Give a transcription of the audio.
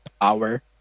hour